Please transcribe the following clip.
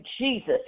Jesus